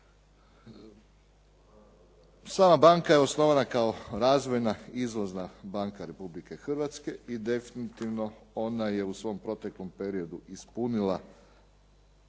Sama banka je osnovana kao razvojna i izvozna banka Republike Hrvatske i definitivno ona je u svom proteklom periodu ispunila,